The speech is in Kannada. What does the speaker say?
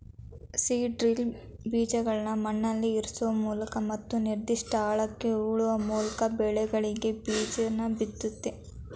ಸೀಡ್ ಡ್ರಿಲ್ ಬೀಜಗಳ್ನ ಮಣ್ಣಲ್ಲಿಇರ್ಸೋಮೂಲಕ ಮತ್ತು ನಿರ್ದಿಷ್ಟ ಆಳಕ್ಕೆ ಹೂಳುವಮೂಲ್ಕಬೆಳೆಗಳಿಗೆಬೀಜಬಿತ್ತುತ್ತೆ